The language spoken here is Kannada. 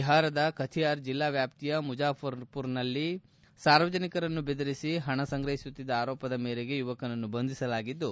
ಬಿಹಾರದ ಖತಿಹಾರ್ ಜಿಲ್ಲಾ ವ್ಯಾಪ್ತಿಯ ಮುಜಾಫರ್ಮರ್ನಲ್ಲಿ ಸಾರ್ವಜನಿಕರನ್ನು ಬೆದರಿಸಿ ಪಣ ಸಂಗ್ರಹಿಸುತ್ತಿದ್ಲ ಆರೋಪದ ಮೇರೆಗೆ ಯುವಕನನ್ನು ಬಂಧಿಸಲಾಗಿದ್ಲು